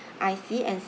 I_C and